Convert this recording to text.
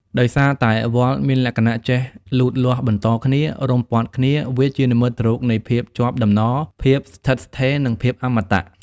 ដោយសារតែវល្លិ៍មានលក្ខណៈចេះលូតលាស់បន្តគ្នា រុំព័ទ្ធគ្នា វាជានិមិត្តរូបនៃ ភាពជាប់តំណ ភាពស្ថិតស្ថេរ និងភាពអមតៈ។